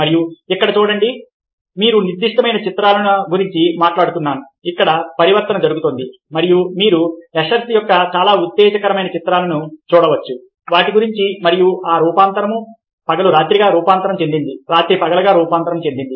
మరియు ఇక్కడ మీరు చూడండి నేను విరుద్ధమైన చిత్రాల గురించి మాట్లాడుతున్నాను అక్కడ పరివర్తన జరుగుతోంది మరియు మీరు ఎషర్స్ యొక్క చాలా ఉత్తేజకరమైన చిత్రాలను చూడవచ్చు వాటి గురించి మరియు ఆ రూపాంతరం పగలు రాత్రిగా రూపాంతరం చెందింది రాత్రి పగలుగా రూపాంతరం చెందింది